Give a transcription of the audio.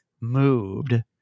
moved